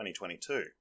2022